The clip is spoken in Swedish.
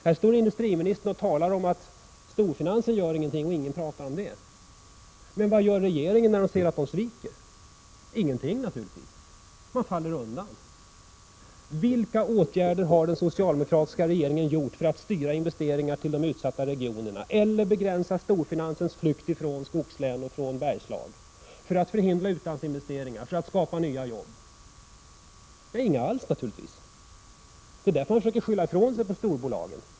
Här står industriministern och säger att storfinansen inte gör någonting och att ingen talar om det. Men vad gör regeringen när den ser att storfinansen sviker? Den gör naturligtvis ingenting — den faller undan. Vilka åtgärder har den socialdemokratiska regeringen vidtagit för att styra investeringar till de utsatta regionerna, för att begränsa storfinansens flykt från skogslän och från Bergslagen, för att förhindra utlandsinvesteringar eller för att skapa nya jobb? Den har naturligtvis inte gjort någonting alls. Det är därför som industriministern försöker skylla ifrån sig på storbolagen.